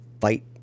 fight